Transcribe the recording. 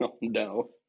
No